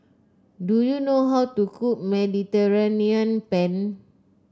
do you know how to cook Mediterranean Penne